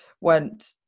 went